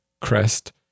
Crest